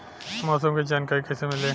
मौसम के जानकारी कैसे मिली?